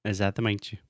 Exatamente